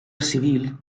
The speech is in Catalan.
civil